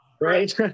right